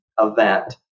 event